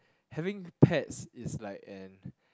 having pets is like an